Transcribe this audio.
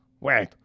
wait